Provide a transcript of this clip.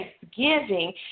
thanksgiving